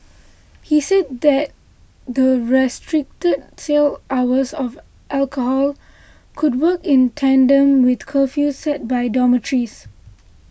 he said that the restricted sale hours of alcohol could work in tandem with curfews set by dormitories